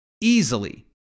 easily